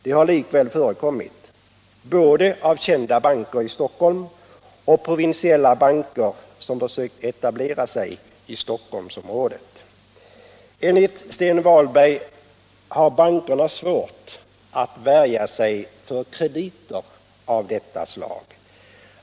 Det har likväl förekommit — både av kända banker i Stockholm och av provinsiella banker som försökt etablera sig i Stockholm. Enligt Sten Wahlberg har bankerna svårt att värja sig för krediter av detta slag.